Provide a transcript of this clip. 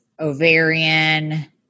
ovarian